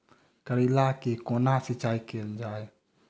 करैला केँ कोना सिचाई कैल जाइ?